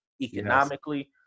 economically